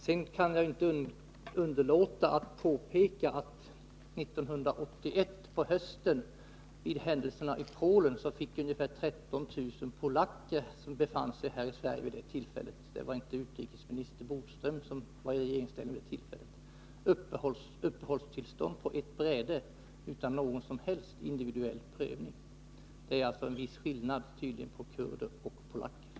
Sedan kan jag inte underlåta att påpeka att vid tiden för händelserna i Polen på hösten 1981 fick ungefär 13 000 polacker som då befann sig här i Sverige — det var inte Lennart Bodström som var utrikesminister — KT uppehållstillstånd utan vidare och utan någon som helst individuell prövning. Det är tydligen en viss skillnad på kurder och polacker.